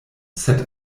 sed